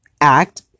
act